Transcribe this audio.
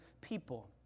people